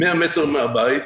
100 מטר מהבית,